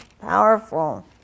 powerful